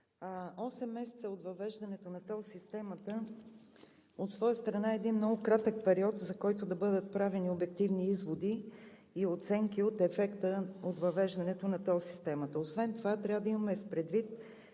месеца от въвеждането на тол системата от своя страна е един много кратък период, за който да бъдат правени обективни изводи и оценки от ефекта от въвеждането на тол системата. Освен това трябва да имаме предвид